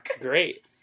great